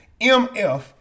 Mf